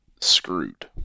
screwed